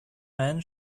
man